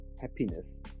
happiness